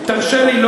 תרשה לי,